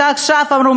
שעכשיו עברו,